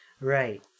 Right